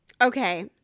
okay